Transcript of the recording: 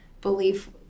belief